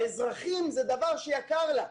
האזרחים זה דבר שיקר לה.